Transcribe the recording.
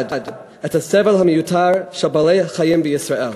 את הסבל המיותר של בעלי-חיים בישראל.